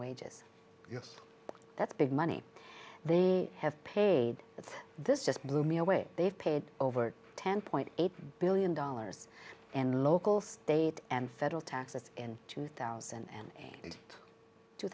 yes that's big money they have paid and this just blew me away they've paid over ten point eight billion dollars and local state and federal taxes in two thousand and